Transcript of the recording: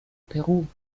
peru